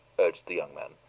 urged the young man,